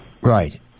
Right